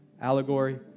allegory